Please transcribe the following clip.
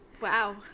wow